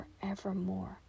forevermore